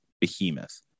behemoth